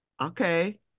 okay